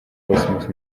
cosmos